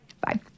Bye